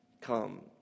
Come